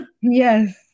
Yes